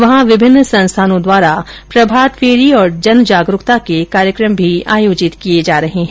वहां विभिन्न संस्थानों द्वारा प्रभातफेरी और जन जागरूकता के कार्यक्रम भी आयोजित किए जा रहे हैं